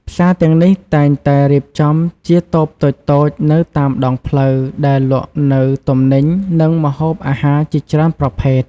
ផ្សារទាំងនេះតែងតែរៀបចំជាតូបតូចៗនៅតាមដងផ្លូវ ដែលលក់នូវទំនិញ និងម្ហូបអាហារជាច្រើនប្រភេទ។